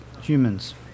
humans